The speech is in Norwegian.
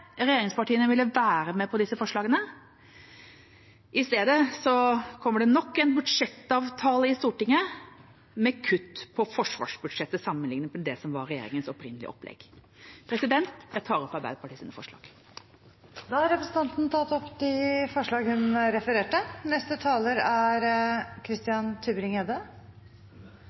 regjeringspartiene ville være med på disse forslagene. I stedet kommer det nok en budsjettavtale i Stortinget med kutt på forsvarsbudsjettet sammenlignet med regjeringas opprinnelige opplegg. Jeg tar opp forslag som Arbeiderpartiet har alene og sammen med andre. Representanten Anniken Huitfeldt har tatt opp de forslagene hun refererte